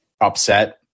upset